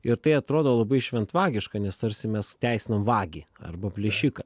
ir tai atrodo labai šventvagiška nes tarsi mes teisinam vagį arba plėšiką